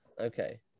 Okay